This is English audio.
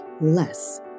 less